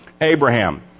Abraham